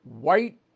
white